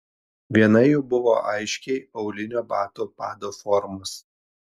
viena jų buvo aiškiai aulinio bato pado formos